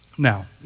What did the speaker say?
Now